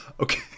Okay